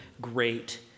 great